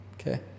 Okay